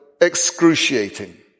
excruciating